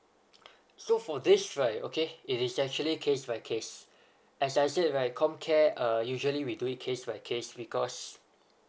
so for this right okay it is actually case by case as I said right com care uh usually we do it case by case because